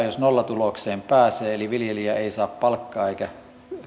jos kasvinviljelytiloilla lihatiloilla nollatulokseen pääsee eli viljelijä ei saa palkkaa eikä